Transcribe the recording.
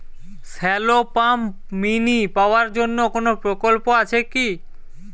Shallow pump mini power জন্য কোনো প্রকল্প আছে কি?